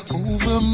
over